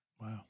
Wow